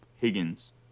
Higgins